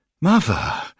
Mother